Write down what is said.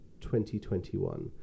2021